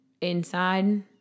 inside